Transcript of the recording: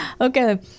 Okay